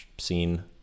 scene